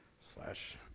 Slash